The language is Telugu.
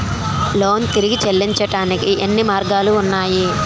లోన్ తిరిగి చెల్లించటానికి ఎన్ని మార్గాలు ఉన్నాయి?